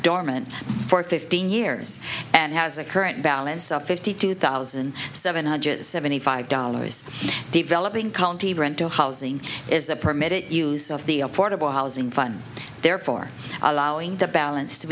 dormant for fifteen years and has a current balance of fifty two thousand seven hundred seventy five dollars developing county rental housing is the permit it use of the affordable housing fund therefore allowing the balance to